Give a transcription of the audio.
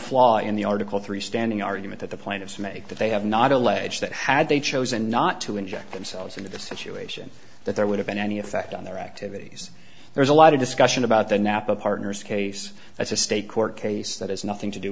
flaw in the article three standing argument that the plaintiffs make that they have not alleged that had they chosen not to inject themselves into the situation that there would have been any effect on their activities there's a lot of discussion about the napa partners case that's a state court case that has nothing to do